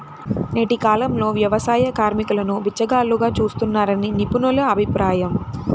నేటి కాలంలో వ్యవసాయ కార్మికులను బిచ్చగాళ్లుగా చూస్తున్నారని నిపుణుల అభిప్రాయం